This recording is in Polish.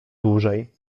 dłużej